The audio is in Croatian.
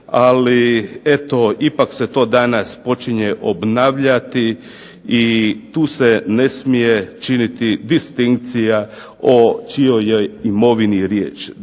ali eto ipak se to danas počinje obnavljati i tu se ne smije činiti distinkcija o čijoj je imovini riječ,